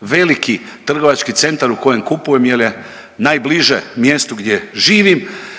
veliki trgovački centar u kojem kupujem jer je najbliže mjestu gdje živim,